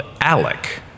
Alec